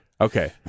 Okay